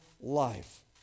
life